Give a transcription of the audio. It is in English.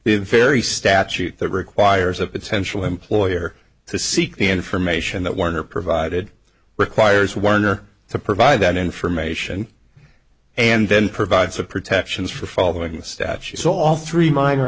in ferry statute that requires a potential employer to seek the information that warner provided requires warner to provide that information and then provides a protections for following the statutes all three minor